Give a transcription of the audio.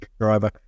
driver